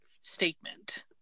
statement